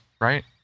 right